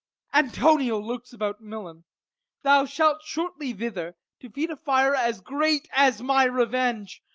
antonio lurks about milan thou shalt shortly thither, to feed a fire as great as my revenge,